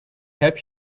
heb